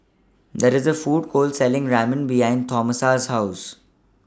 There IS A Food Court Selling Ramen behind Tomasa's House